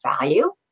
value